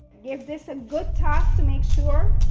give this a good toss to make sure,